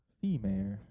Female